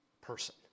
person